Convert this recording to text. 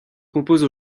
compose